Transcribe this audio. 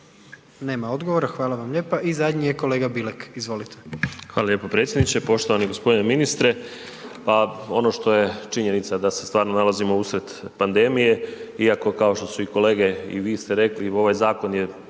Nema odgovora, hvala vam lijepa. I zadnji je kolega Bilek. Izvolite. **Bilek, Vladimir (Nezavisni)** Hvala lijepo predsjedniče. Poštovani gospodine ministre. Pa ono što je činjenica da se stvarno nalazimo usred pandemije, iako kao što su i kolege i vi ste rekli, ovaj zakon je